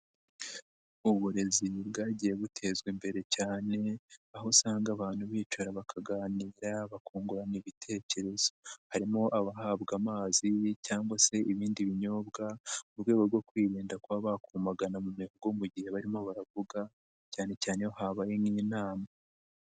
Uburezi bwagiye butezwa imbere cyane, aho usanga abantu bicara bakaganira bakungurana ibitekerezo. Harimo abahabwa amazi cyangwa se ibindi binyobwa mu rwego rwo kwirinda kuba bakumagana mu mihogo mu gihe barimo baravuga, cyane cyane nk'iyo habaye nk'inama.